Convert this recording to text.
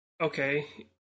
okay